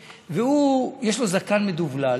והוא, יש לו זקן מדובלל